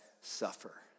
suffer